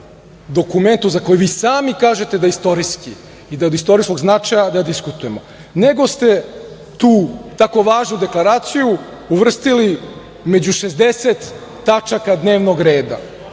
dokumentu, za koji vi sami kažete da je istorijski i da je od istorijskog značaja, da diskutujemo, nego ste tu tako važnu deklaraciju uvrstili među 60 tačaka dnevnog reda,